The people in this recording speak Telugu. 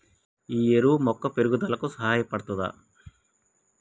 ఈ ఎరువు మొక్క పెరుగుదలకు సహాయపడుతదా?